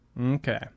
Okay